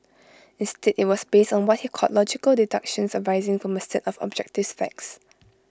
instead IT was based on what he called logical deductions arising from A set of objective facts